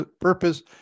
purpose